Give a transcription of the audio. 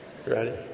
Ready